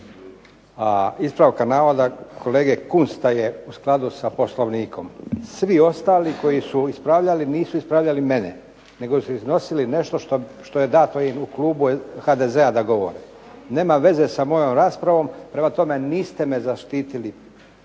ispravka navoda kolega Kunsta je u skladu sa Poslovnikom. Svi ostali koji su ispravljali nisu ispravljali mene, nego su iznosili nešto što je dato u klubu HDZ-a da govori. Nema veze sa mojom raspravom, prema tome niste me zaštitili